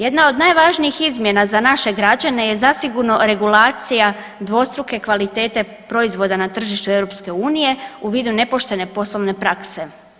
Jedna od najvažnijih izmjena za naše građane je zasigurno regulacija dvostruke kvalitete proizvoda na tržištu EU u vidu nepoštene poslovne prakse.